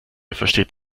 versteht